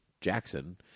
Jackson